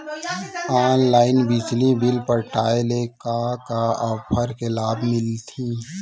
Online बिजली bill पटाय ले का का ऑफ़र के लाभ मिलही?